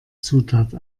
zutat